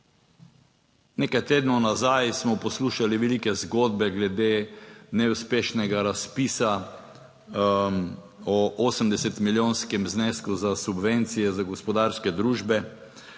Nekaj tednov nazaj smo poslušali velike zgodbe glede neuspešnega razpisa: o 80 milijonskem znesku za subvencije za gospodarske družbe.